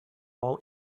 all